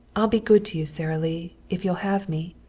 i'll be good to you, sara lee, if you'll have me.